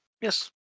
Yes